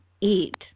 eat